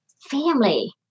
family